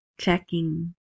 checking